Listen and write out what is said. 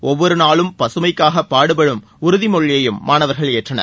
ஒவ்வொரு நாளும் பசுமைக்காக பாடுப்படும் உறுதிமொழியையும் மாணவர்கள் ஏற்றனர்